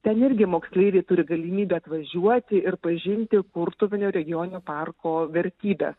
ten irgi moksleiviai turi galimybę atvažiuoti ir pažinti kurtuvėnų regioninio parko vertybes